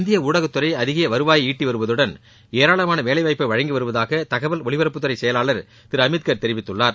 இந்திய ஊடகத்துறை அதிக வருவாயை ஈட்டி வருவதுடன் ஏராளமான வேலை வாய்ப்பை வழங்கி வருவதாக தகவல் ஒலிபரப்புத்துறை செயலாளர் திரு அமித்கார் தெரிவித்துள்ளார்